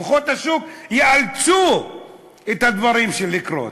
כוחות השוק יאלצו את הדברים שיקרו.